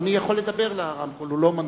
הוא יכול לדבר לרמקול, הוא לא מנוע.